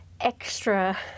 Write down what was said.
extra